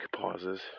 pauses